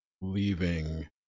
leaving